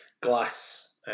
glass